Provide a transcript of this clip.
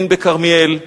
הן בכרמיאל.